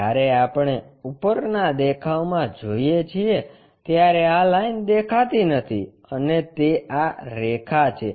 જ્યારે આપણે ઉપરના દેખાવમાં જોઈએ છીએ ત્યારે આ લાઇન દેખાતી નથી અને તે આ રેખા છે